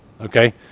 Okay